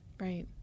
Right